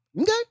Okay